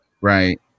right